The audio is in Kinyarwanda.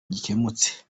gikemutse